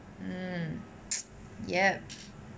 mm yup